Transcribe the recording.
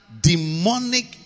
demonic